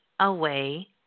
Away